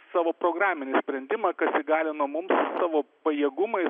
savo programinį sprendimą kas įgalina mums savo pajėgumais